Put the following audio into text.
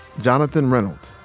jonathan reynolds,